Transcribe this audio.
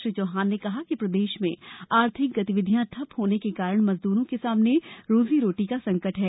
श्री चौहान ने कहा कि प्रदेश में आर्थिक गतिविधियां ठप होने के कारण मजदुरों के सामने रोजी रोटी का संकट है